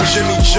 Jimmy